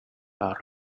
out